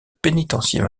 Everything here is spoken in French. pénitencier